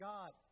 God